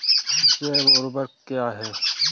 जैव ऊर्वक क्या है?